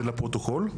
זה לפרוטוקול?